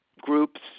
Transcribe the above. groups